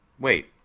Wait